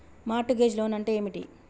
Mart gauge loan అంటే ఏమిటి?